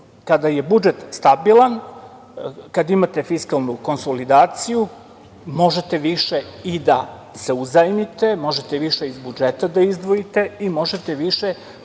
kada je budžet stabilan, kada imate fiskalnu konsolidaciju možete više i da uzajmite, možete više iz budžeta da izdvojite, možete više